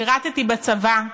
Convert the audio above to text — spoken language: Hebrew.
שירתי בצבא,